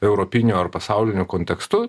europiniu ar pasauliniu kontekstu